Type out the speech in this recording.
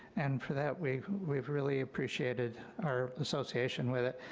and for that we've we've really appreciated our association with it,